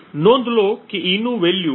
નોંધ લો કે e નું વેલ્યુ છે જે 0 ની બરાબર નથી